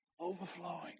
overflowing